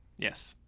yes,